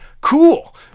cool